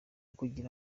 kugira